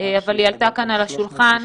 אבל היא עלתה כאן על השולחן,